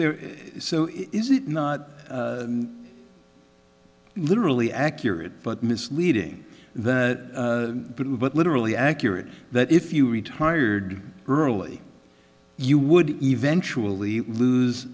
they're so is it not literally accurate but misleading that literally accurate that if you retired early you would eventually lose